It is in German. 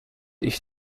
ich